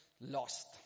lost